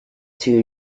two